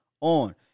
on